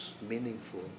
meaningful